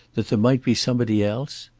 that there might be somebody else?